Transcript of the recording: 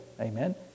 amen